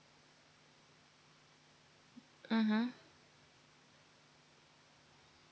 mmhmm